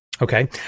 Okay